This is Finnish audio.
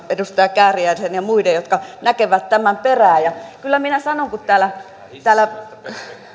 edustaja kääriäisen ja muiden jotka näkevät tämän perään kyllä minä sanon että kun täällä täällä